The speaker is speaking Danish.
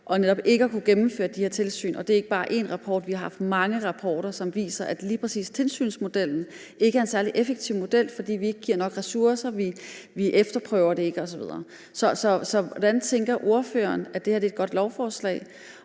for netop ikke at kunne gennemføre de her tilsyn, og det er ikke bare én rapport, der viser det, men vi har haft mange rapporter, som viser, at lige præcis tilsynsmodellen ikke er en særlig effektiv model, fordi vi ikke giver nok ressourcer til det, og vi ikke efterprøver det osv. Så hvordan tænker ordføreren at det her et godt lovforslag?